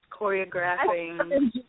choreographing